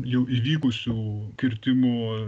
jau įvykusių kirtimų